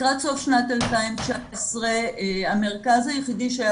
לקראת סוף שנת 2019 המרכז היחידי שהיה